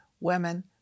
women